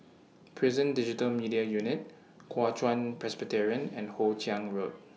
Prison Digital Media Unit Kuo Chuan Presbyterian and Hoe Chiang Road